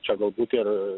čia galbūt ir